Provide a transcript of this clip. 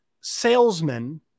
salesman